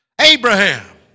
Abraham